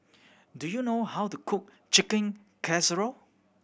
do you know how to cook Chicken Casserole